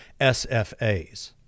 SFAs